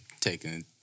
taking